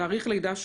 תאריך לידה,